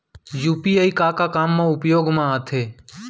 UPI का का काम मा उपयोग मा आथे?